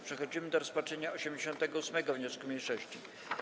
Przechodzimy do rozpatrzenia 88. wniosku mniejszości.